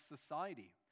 society